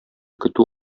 көтү